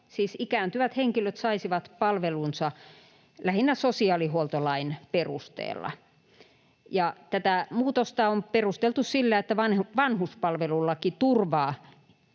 ikääntyvät henkilöt siis saisivat palvelunsa lähinnä sosiaalihuoltolain perusteella, ja tätä muutosta on perusteltu sillä, että vanhuspalvelulaki turvaa